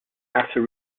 after